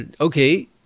Okay